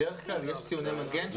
בדרך כלל יש ציוני מגן?